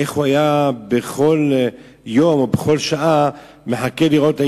איך הוא היה בכל יום או בכל שעה מחכה לראות אם